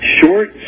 Short